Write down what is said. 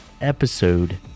episode